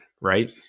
right